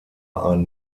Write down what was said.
ein